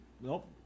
Nope